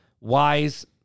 wise